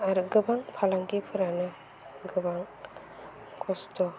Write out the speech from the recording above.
आरो गोबां फालांगिरिफोरानो गोबां खस्थ'